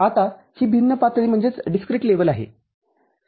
आता ही भिन्न पातळी आहे